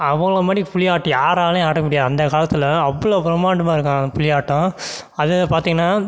அவங்கள மாரி புலியாட்டம் யாராலேயும் ஆட முடியாது அந்தக் காலத்தில் அவ்வளோ பிரமாண்டமாக இருக்கும் புலியாட்டம் அது பார்த்தீங்கன்னா